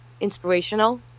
inspirational